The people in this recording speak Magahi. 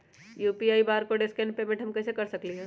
यू.पी.आई बारकोड स्कैन पेमेंट हम कईसे कर सकली ह?